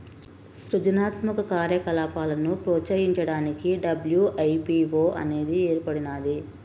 సృజనాత్మక కార్యకలాపాలను ప్రోత్సహించడానికి డబ్ల్యూ.ఐ.పీ.వో అనేది ఏర్పడినాది